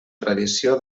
tradició